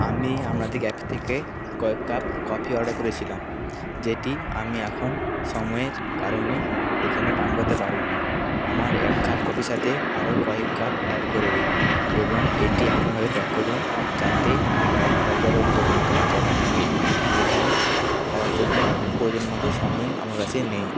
আমি আপনাদের ক্যাফে থেকে কয়েক কাপ কফি অর্ডার করেছিলাম যেটি আমি এখন সময়ের কারণে এখানে পান করতে পারবো না আমার এক কাপ কফির সাথে আরও কয়েক কাপ অ্যাড করে দিন এবং এটি এমনভাবে প্যাক করুন যাতে আমি বাড়ি বাড়ি যাওয়ারও পর্যন্ত গরম থাকে এখানে খাওয়ার জন্য প্রয়োজন মতো সময় আমার কাছে নেই